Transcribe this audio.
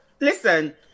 Listen